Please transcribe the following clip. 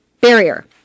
barrier